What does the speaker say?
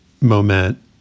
moment